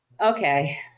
okay